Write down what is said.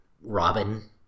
Robin